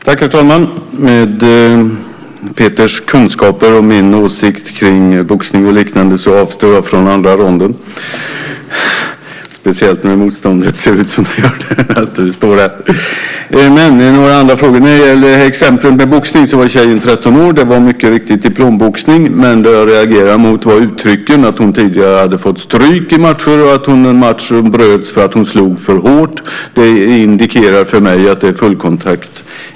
Herr talman! Med tanke på Peters kunskaper och min åsikt kring boxning och liknande avstår jag från andra ronden, speciellt när motståndet ser ut som det gör. Jag ska dock ta upp några andra frågor. När det gäller exemplet med boxning var tjejen 13 år. Det var mycket riktigt diplomboxning, men det jag reagerade emot var uttrycken att hon tidigare hade fått stryk i matcher och att matchen bröts därför att hon slog för hårt. Det indikerar för mig att det är fullkontakt.